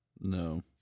No